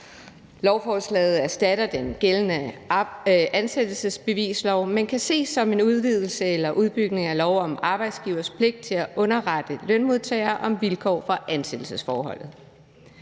Lovforslaget erstatter den gældende ansættelsesbevislov, men kan ses som en udvidelse eller udbygning af lov om arbejdsgiverens pligt til at underrette lønmodtageren om vilkårene for ansættelsesforholdet.